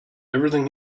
everything